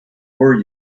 were